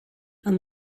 amb